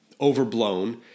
overblown